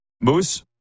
Moose